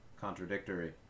contradictory